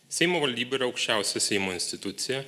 seimo valdyba ir aukščiausia seimo institucija